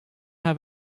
have